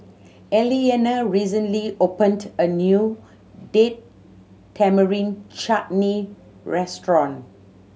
Elliana recently opened a new Date Tamarind Chutney restaurant